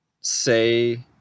say